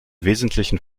wesentlichen